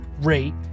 Rate